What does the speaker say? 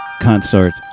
Consort